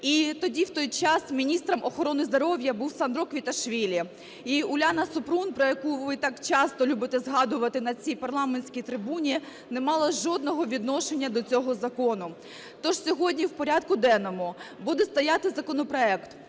І тоді, в той час міністром охорони здоров'я був Сандро Квіташвілі. І Уляна Супрун, про яку ви так часто любите згадувати на цій парламентській трибуні, не мала жодного відношення до цього закону. Тож сьогодні в порядку денному буде стояти законопроект